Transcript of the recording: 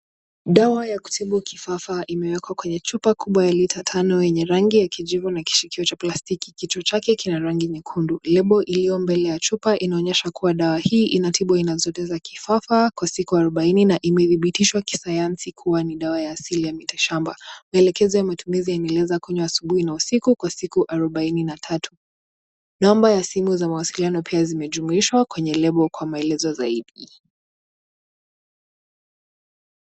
Dawa ya kutibu kifafa imewekwa kwenye chupa kubwa ya lita tano enye rangi ya kijivu na kisikio ya plastiki. Kichwa chake kina rangi nyekundu label iliyo mbele ya chupa inaonyesha kuwa dawa hii inatibu aina zote za kifafa kwa siku arubaine na imedhibitishwa kisayansi kuwa ni dawa asilia ya miti shamba. Maelekezo ya matumizi yanaeleza kunywa asubui na usiku kwa siku kwasiku arubaini na tatu. Namba za simu za mawasiliano pia zimejumuishwa kwenye labe kwa maelezo zaidi.